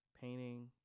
painting